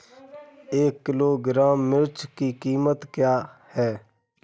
एक किलोग्राम मिर्च की कीमत क्या है?